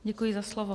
Děkuji za slovo.